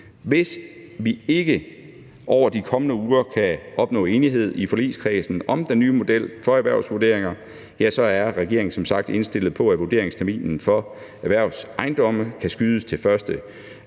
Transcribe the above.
Hvis vi ikke over de kommende uger kan opnå enighed i forligskredsen om den nye model for erhvervsvurderinger, er regeringen som sagt indstillet på, at vurderingsterminen for erhvervsejendomme kan skydes fra